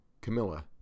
Camilla